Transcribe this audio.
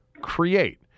create